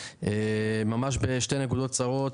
ממש בשתי נקודות קצרות.